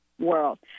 world